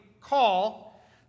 call